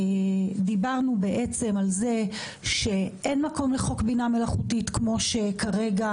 דיברנו על כך שאין מקום לחוק בינה מלאכותית כמו שכרגע